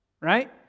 right